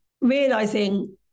realizing